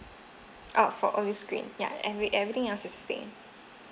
oh for only screen ya every everything else is the same